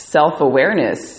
self-awareness